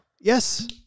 Yes